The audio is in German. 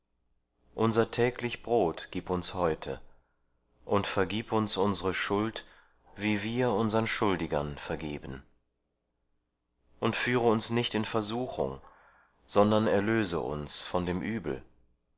unser täglich brot gib uns heute und vergib uns unsere schuld wie wir unseren schuldigern vergeben und führe uns nicht in versuchung sondern erlöse uns von dem übel